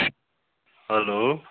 hello